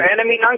enemy